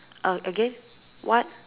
oh again what